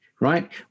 right